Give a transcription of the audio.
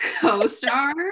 co-star